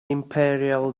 imperial